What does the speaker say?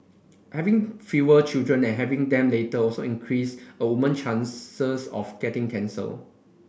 having fewer children and having them later also increase a woman chances of getting cancer